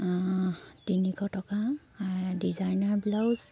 তিনিশ টকা আৰু ডিজাইনাৰ ব্লাউজ